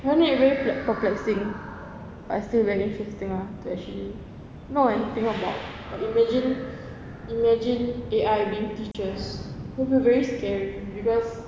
I find it very like perplexing but still very interesting ah to actually think about like imagine imagine A_I will be teachers it'll be very scary because